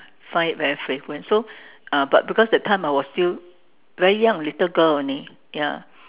find it very fragrant so uh but because that time I was still very young little girl only ya